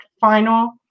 final